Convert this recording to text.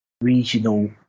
regional